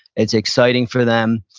its exciting for them.